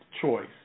choice